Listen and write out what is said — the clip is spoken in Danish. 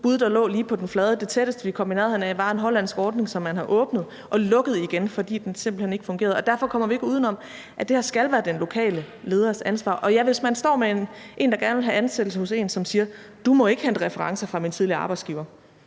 bud, der lå lige på den flade. Det tætteste, vi kom på det, var en hollandsk ordning, som man har åbnet og lukket igen, fordi den simpelt hen ikke fungerede. Derfor kommer vi ikke uden om, at det her skal være den lokale leders ansvar. Og ja, hvis man står med en, der gerne vil have ansættelse hos en, som siger, at du må ikke indhente reference fra min tidligere arbejdsgiver,